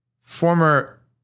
former